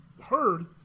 heard